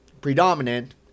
predominant